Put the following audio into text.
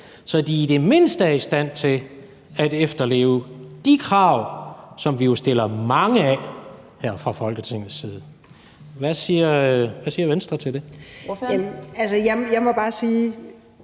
så de i det mindste er i stand til at efterleve de krav, som vi jo stiller mange af her fra Folketingets side. Hvad siger Venstre til det? Kl. 17:10 Den